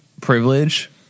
privilege